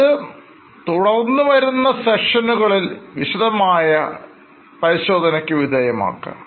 അതും തുടർന്നു വരുന്ന സെഷനുകളിൽ വിശദമായവിധേയമാക്കാം